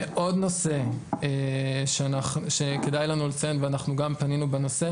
עוד נושא שכדאי לציין וגם פנינו בנושא הזה.